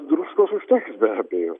druskos užteks be abejo